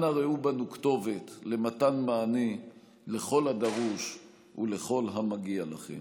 אנא ראו בנו כתובת למתן מענה לכל הדרוש ולכל המגיע לכם.